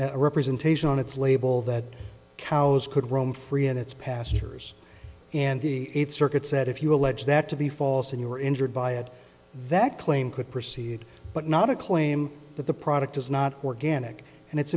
a representation on its label that cows could roam free and it's pastures and the eighth circuit said if you allege that to be false and you were injured by it that claim could proceed but not a claim that the product is not organic and it's